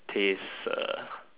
taste err